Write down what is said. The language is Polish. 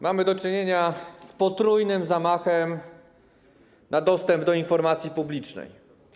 Mamy do czynienia z potrójnym zamachem na dostęp do informacji publicznej.